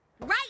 right